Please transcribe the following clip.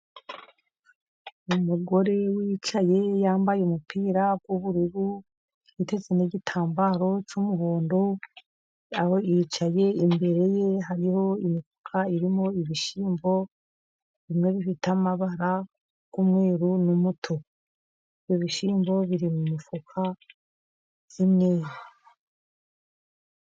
Umugore wicaye yambaye umupira w'ubururu, yiteze n'igitambaro cy'umuhondo, yicaye imbere ye hariho imifuka irimo ibishyimbo, bimwe bifite amabara y'umweru n'umutuku, ibishyimbo biri mu mifuka y'imyenda.